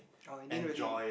oh in the end really